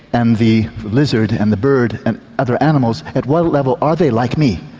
and the lizard, and the bird and other animals, at what level are they like me?